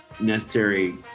Necessary